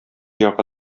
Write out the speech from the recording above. ягы